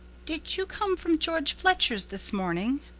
did you come from george fletcher's this morning?